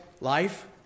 Life